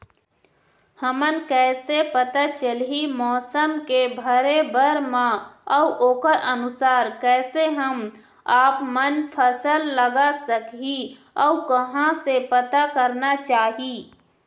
हमन कैसे पता चलही मौसम के भरे बर मा अउ ओकर अनुसार कैसे हम आपमन फसल लगा सकही अउ कहां से पता करना चाही?